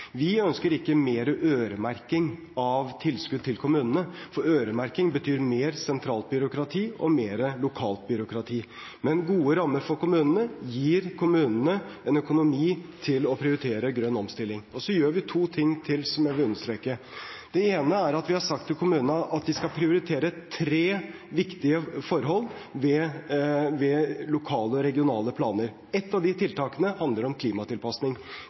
Vi ønsker ikke mer øremerking av tilskudd til kommunene, for øremerking betyr mer sentralt byråkrati og mer lokalt byråkrati, men gode rammer for kommunene gir kommunene en økonomi til å prioritere grønn omstilling. Så gjør vi to ting til som jeg vil understreke. Det ene er at vi har sagt til kommunene at de skal prioritere tre viktige forhold ved lokale og regionale planer. Et av de tiltakene handler om klimatilpasning.